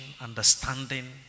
understanding